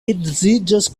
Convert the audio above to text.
edziĝas